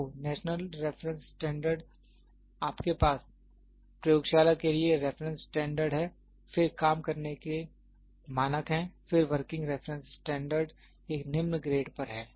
तो national reference standard आपके पास प्रयोगशाला के लिए रेफरेंस स्टैंडर्ड हैं फिर काम करने के मानक हैं फिर वर्किंग रेफरेंस स्टैंडर्ड एक निम्न ग्रेड पर हैं